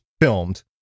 filmed